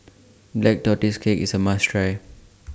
Black Tortoise Cake IS A must Try